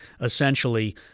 essentially